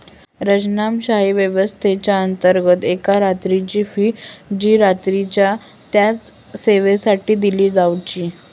सरंजामशाही व्यवस्थेच्याअंतर्गत एका रात्रीची फी जी रात्रीच्या तेच्या सेवेसाठी दिली जावची